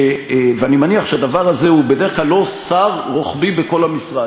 ואני מניח שהדבר הזה הוא בדרך כלל לא רוחבי בכל המשרד,